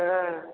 हँ